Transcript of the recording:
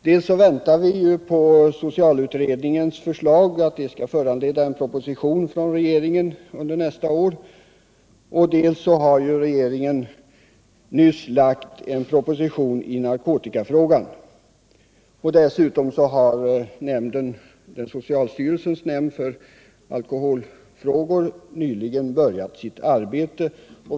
Dels väntar vi att socialutredningens förslag skall föranleda en proposition under nästa år, dels har ju regeringen nyss lagt fram en proposition i narkotikafrågan. Dessutom har socialstyrelsens nämnd för alkoholfrågor just börjat sitt arbete.